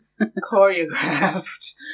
choreographed